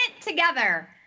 together